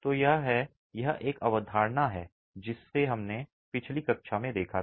तो यह है यह एक अवधारणा है जिसे हमने पिछली कक्षा में देखा था